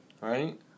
right